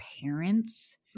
parents